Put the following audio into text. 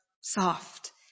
soft